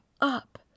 up